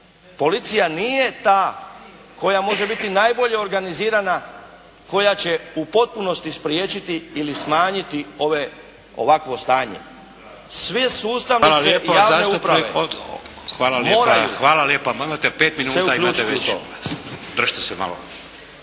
Policija nije ta koja može biti najbolje organizirana, koja će u potpunosti spriječiti ili smanjiti ove, ovakvo stanje. Sve sustavnice javne uprave … **Šeks, Vladimir